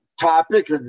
topic